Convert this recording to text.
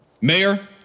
Mayor